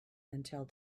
until